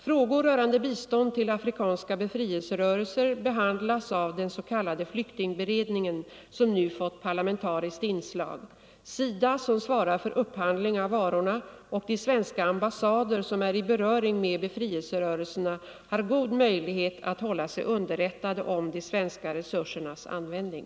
Frågor rörande bistånd till afrikanska befrielserörelser behandlas av den s.k. flyktingberedningen som nu fått parlamentariskt inslag. SIDA som svarar för upphandling av varorna och de svenska ambassader som är i beröring med befrielserörelserna har god möjlighet att hålla sig underrättade om de svenska resursernas användning.